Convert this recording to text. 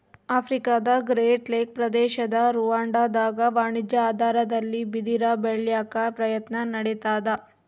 ಆಫ್ರಿಕಾದಗ್ರೇಟ್ ಲೇಕ್ ಪ್ರದೇಶದ ರುವಾಂಡಾದಾಗ ವಾಣಿಜ್ಯ ಆಧಾರದಲ್ಲಿ ಬಿದಿರ ಬೆಳ್ಯಾಕ ಪ್ರಯತ್ನ ನಡಿತಾದ